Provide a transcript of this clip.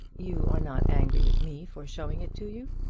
you are not angry with me for showing it to you?